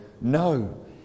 no